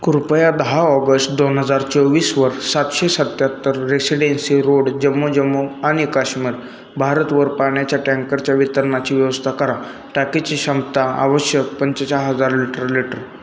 कृपया दहा ऑगस्ट दोन हजार चोवीसवर सातशे सत्त्याहत्तर रेसिडेन्सी रोड जम्मू जम्मू आणि काश्मीर भारतवर पाण्याच्या टँकरच्या वितरणाची व्यवस्था करा टाकीची क्षमता आवश्यक पंचेचाळ हजार लिटर लिटर